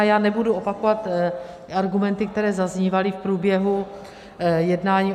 Já nebudu opakovat argumenty, které zaznívaly v průběhu jednání o EET.